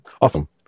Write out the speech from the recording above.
Awesome